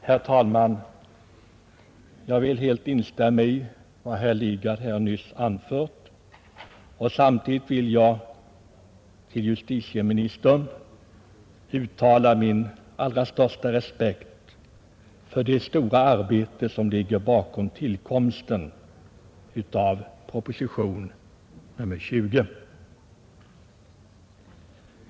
Herr talman! Jag vill helt instämma i vad herr Lidgard nyss anfört. Jag vill också till justitieministern uttala min allra största respekt för det stora arbetet som ligger bakom tillkomsten av proposition nr 20.